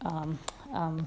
um um